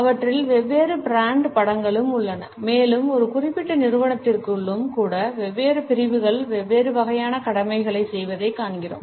அவற்றில் வெவ்வேறு பிராண்ட் படங்களும் உள்ளன மேலும் ஒரு குறிப்பிட்ட நிறுவனத்திற்குள்ளும் கூட வெவ்வேறு பிரிவுகள் வெவ்வேறு வகையான கடமைகளைச் செய்வதைக் காண்கிறோம்